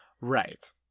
Right